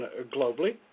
globally